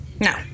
No